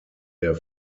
der